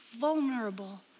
vulnerable